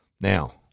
now